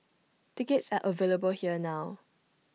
tickets are available here now